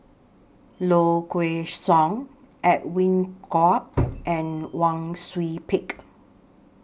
Low Kway Song Edwin Koek and Wang Sui Pick